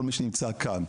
כל מי שנמצא כאן,